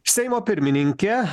seimo pirmininkė